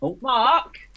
Mark